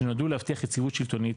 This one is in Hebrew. שנועדו להבטיח יציבות שלטונית